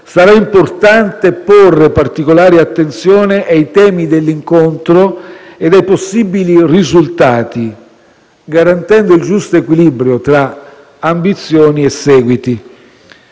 sarà importante porre particolare attenzione ai temi dell'incontro e ai possibili risultati, garantendo il giusto equilibrio tra ambizioni e seguiti.